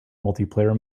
multiplayer